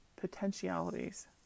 potentialities